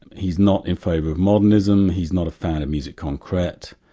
and he's not in favour of modernism, he's not a fan of music concrete,